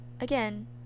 again